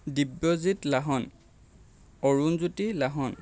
Dibyajit Lahon Arunjyoti Lahon